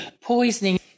poisoning